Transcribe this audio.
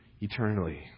eternally